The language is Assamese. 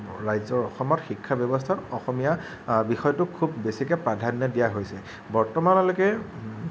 ৰাজ্যৰ অসমত শিক্ষা ব্যৱস্থাত অসমীয়া বিষয়টোক খুব বেছিকে প্ৰাধান্য দিয়া হৈছে বৰ্তমানলৈকে